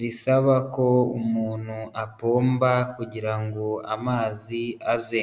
risaba ko umuntu apomba kugira ngo amazi aze.